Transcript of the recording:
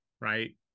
Right